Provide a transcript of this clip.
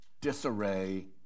disarray